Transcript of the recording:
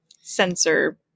sensor